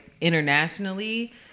internationally